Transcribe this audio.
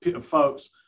folks